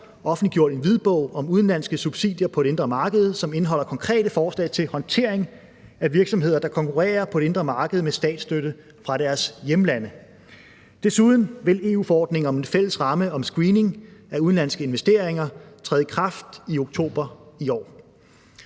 offentliggjort en hvidbog om udenlandske subsidier på det indre marked, som indeholder konkrete forslag til håndtering af virksomheder, der konkurrerer på det indre marked med statsstøtte fra deres hjemlande. Desuden vil EU-forordningen om en fælles ramme om screening af udenlandske investeringer træde i kraft i oktober i år.